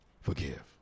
Forgive